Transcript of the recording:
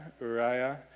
Uriah